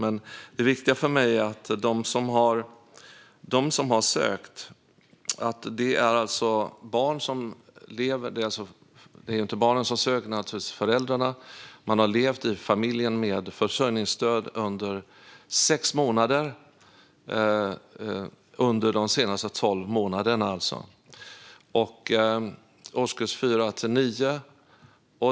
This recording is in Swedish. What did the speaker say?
Men det viktiga för mig är att de familjer med barn som har sökt fritidspengen har levt med försörjningsstöd under minst sex månader under de senaste tolv månaderna och har barn i årskurs 4-9.